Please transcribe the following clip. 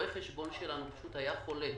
רואה החשבון שלנו היה חולה